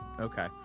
okay